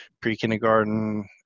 pre-kindergarten